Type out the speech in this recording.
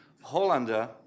Hollander